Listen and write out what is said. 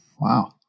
Wow